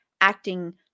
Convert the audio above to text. acting